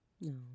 no